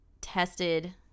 tested